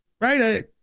Right